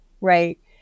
right